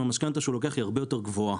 המשכנתא שהוא לוקח היא הרבה יותר גבוהה.